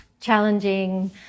challenging